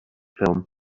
film